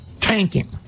tanking